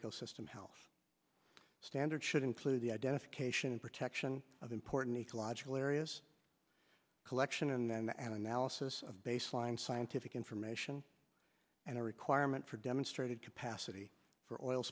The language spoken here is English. ecosystem health standards should include the identification and protection of important ecological areas collection and an analysis of baseline scientific information and a requirement for demonstrated capacity for oil